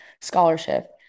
scholarship